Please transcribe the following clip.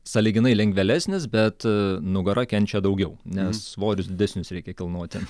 sąlyginai lengvėlesnis bet nugara kenčia daugiau nes svorius didesnius reikia kilnoti